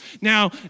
Now